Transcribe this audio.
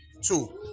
Two